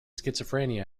schizophrenia